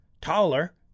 taller